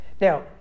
Now